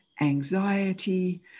anxiety